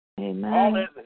Amen